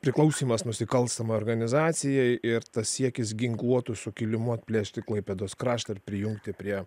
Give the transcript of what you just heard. priklausymas nusikalstamai organizacijai ir tas siekis ginkluotu sukilimu atplėšti klaipėdos kraštą ir prijungti prie